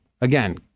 Again